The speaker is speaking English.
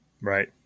Right